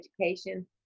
education